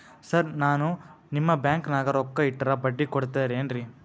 Sir ನಾನು ನಿಮ್ಮ ಬ್ಯಾಂಕನಾಗ ರೊಕ್ಕ ಇಟ್ಟರ ಬಡ್ಡಿ ಕೊಡತೇರೇನ್ರಿ?